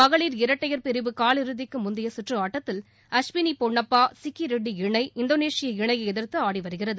மகளிர் இரட்டையர் பிரிவு கால் இறுதிக்கு முந்தைய கற்று ஆட்டத்தில் அஸ்பினி பொன்னப்பா சிக்கிரெட்டி இணை இந்தோனேஷிய இணையை எதிர்த்து ஆடி வருகிறது